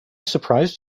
surprised